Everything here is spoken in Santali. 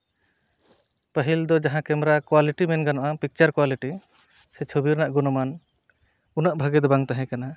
ᱯᱟᱹᱦᱤᱞ ᱫᱚ ᱡᱟᱦᱟᱸ ᱠᱮᱢᱮᱨᱟ ᱠᱚᱣᱟᱞᱤᱴᱤ ᱢᱮᱱ ᱜᱟᱱᱚᱜᱼᱟ ᱯᱤᱠᱪᱟᱨ ᱠᱚᱣᱟᱞᱤᱴᱤ ᱥᱮ ᱪᱷᱚᱵᱤ ᱨᱮᱱᱟᱜ ᱜᱩᱱᱚᱢᱟᱱ ᱩᱱᱟᱹᱜ ᱵᱷᱟᱹᱜᱤ ᱫᱚ ᱵᱟᱝ ᱛᱟᱦᱮᱸᱠᱟᱱᱟ